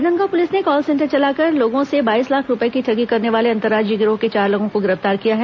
Rajnandgaon police ने call center चलाकर लोगों से बाईस लाख रूपये की ठगी करने वाले अंतर्राज्यीय गिरोह के चार लोगों को गिरफ्तार किया है